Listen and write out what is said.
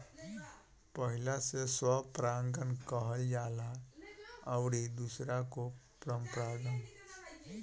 पहिला से स्वपरागण कहल जाला अउरी दुसरका के परपरागण